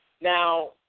Now